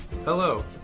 Hello